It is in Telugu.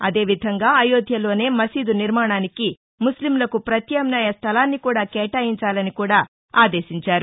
అదేవిధంగా అయోధ్యలోనే మసీదు నిర్మాణానికి ముస్లింలకు ప్రత్యామ్నాయ స్టలాన్ని కూడా కేటాయించాలని కూడా ఆదేశించారు